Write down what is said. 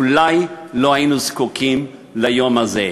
אולי לא היינו זקוקים ליום הזה.